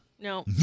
No